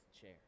chair